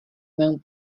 mewn